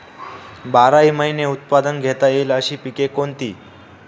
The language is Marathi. बाराही महिने उत्पादन घेता येईल अशी पिके कोणती?